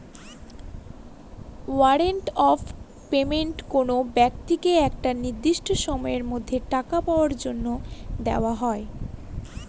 warrant of payment কোনো ব্যক্তিকে একটা নির্দিষ্ট সময়ের মধ্যে টাকা পাওয়ার জন্য দেওয়া হয়